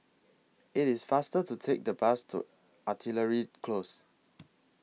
IT IS faster to Take The Bus to Artillery Close